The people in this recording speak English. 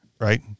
right